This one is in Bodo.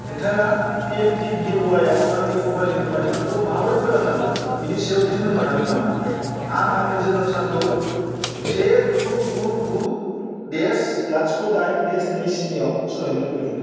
नोंथाङा P M K V Y आव आंनि प्रफाइलनि फोरमायथिफोरखौ माबोरै फोदाननांगौ बिनि सायाव बिथोन होनो हागोन नामा आं आंनि जोनोम सानखौ से गु गु गु देस लाथिख' दाइन देस नै स्नियाव सोलायनो लुबैदों